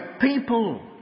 people